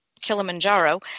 Kilimanjaro